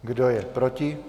Kdo je proti?